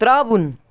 ترٛاوُن